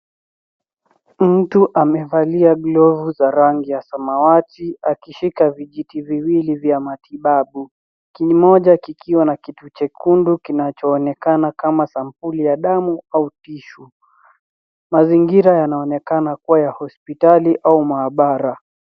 Mtu amevalia glovu za rangi ya samawati akishika vijiti viwili vya matibabu, kimoja kikiwa na kitu chekundu kinachoonekana kama sampuli ya damu au tissue . Mazingira yanaonekana kuwa ya hospitali au maabara.